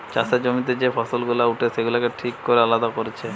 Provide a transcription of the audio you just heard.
চাষের জমিতে যে ফসল গুলা উঠে সেগুলাকে ঠিক কোরে আলাদা কোরছে